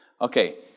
Okay